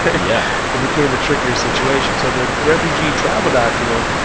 yeah it became a trickier situation. so the refugee travel document